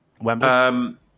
Wembley